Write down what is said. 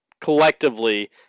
collectively